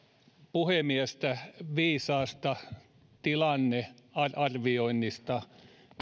puhemiestä viisaasta tilannearvioinnista